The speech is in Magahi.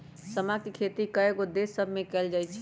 समा के खेती कयगो देश सभमें कएल जाइ छइ